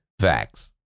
Facts